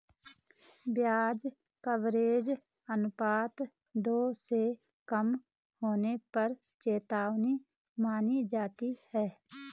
ब्याज कवरेज अनुपात दो से कम होने पर चेतावनी मानी जाती है